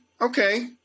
Okay